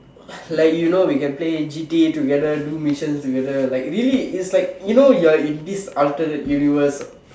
like you know we can play G_D_A together do missions together like really it's like you know you're in this alternate universe